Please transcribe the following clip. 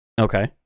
Okay